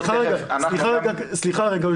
אנחנו גם --- סליחה רגע,